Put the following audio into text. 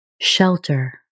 shelter